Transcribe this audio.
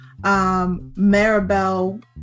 Maribel